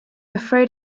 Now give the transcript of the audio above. afraid